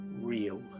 real